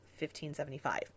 1575